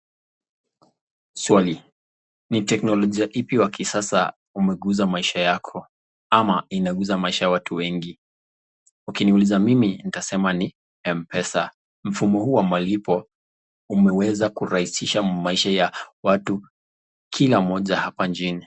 Swali, ni teknolojia ipi ya kisasa imeguza maisha yako? ama inaguza maisha ya watu wengi. Ukiniuliza mimi nitasema ni Mpesa. Mfumo huu wa malipo umeweza kurahisisha maisha ya watu, kila mmoja hapa nchini.